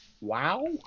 wow